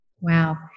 Wow